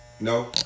no